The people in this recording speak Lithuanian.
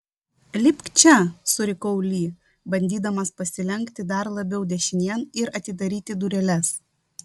lipk čia surikau li bandydamas pasilenkti dar labiau dešinėn ir atidaryti dureles